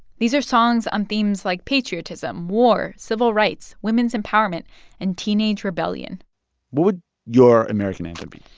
these are songs on themes like patriotism, war, civil rights, women's empowerment and teenage rebellion what would your american anthem be?